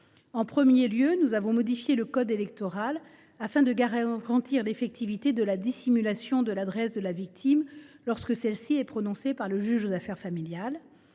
En premier lieu, nous avons modifié le code électoral afin de garantir l’effectivité de la dissimulation de l’adresse de la victime lorsque celle ci est prononcée par le juge aux affaires familiales.